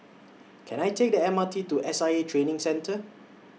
Can I Take The M R T to S I A Training Centre